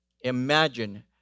imagine